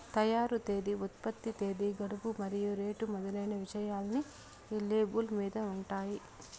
తయారీ తేదీ ఉత్పత్తి తేదీ గడువు మరియు రేటు మొదలైన విషయాలన్నీ ఈ లేబుల్ మీద ఉంటాయి